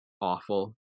awful